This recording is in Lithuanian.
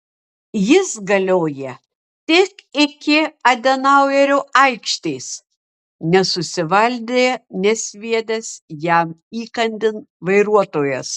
jis galioja tik iki adenauerio aikštės nesusivaldė nesviedęs jam įkandin vairuotojas